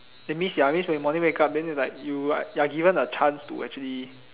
that means ya you morning wake up and you are given the chance to actually